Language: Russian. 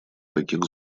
таких